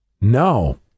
No